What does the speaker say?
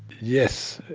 yes.